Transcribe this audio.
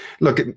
Look